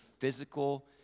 physical